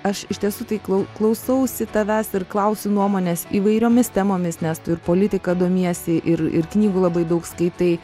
aš iš tiesų tai klau klausausi tavęs ir klausiu nuomonės įvairiomis temomis nes tu ir politika domiesi ir ir knygų labai daug skaitai